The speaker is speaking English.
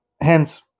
Hence